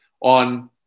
on